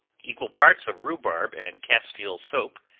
equal parts of rhubarb and castile soap,